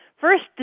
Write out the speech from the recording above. first